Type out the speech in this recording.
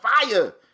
fire